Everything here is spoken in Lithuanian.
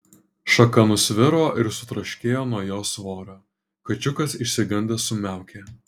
šaka nusviro ir sutraškėjo nuo jo svorio kačiukas išsigandęs sumiaukė